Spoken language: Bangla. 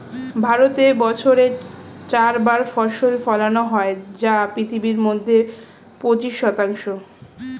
ভারতে বছরে চার বার ফসল ফলানো হয় যা পৃথিবীর মধ্যে পঁচিশ শতাংশ